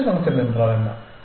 fitness function என்றால் என்ன